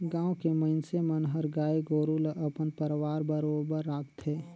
गाँव के मइनसे मन हर गाय गोरु ल अपन परवार बरोबर राखथे